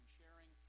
sharing